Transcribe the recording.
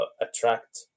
attract